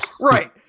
right